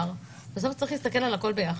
בסוף צריך להסתכל על הכל ביחד.